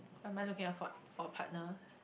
what am I looking for for a partner